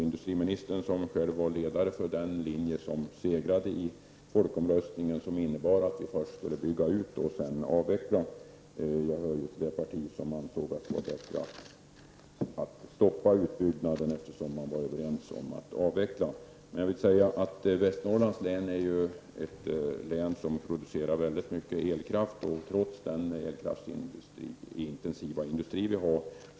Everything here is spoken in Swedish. Industriministern var ju själv ledare för den linje som segrade vid folkomröstningen — innebärande att vi först skall bygga ut och att vi sedan skall avveckla. Själv hör jag till det parti som sade att det var bättre att stoppa utbyggnaden, eftersom man var överens om att avveckla. Västernorrlands län är ju ett län som producerar väldigt mycket elkraft. Det finns elkraftintensiv industri där.